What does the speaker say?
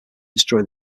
destroy